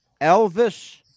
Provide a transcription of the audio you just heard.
Elvis